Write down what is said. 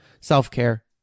Self-care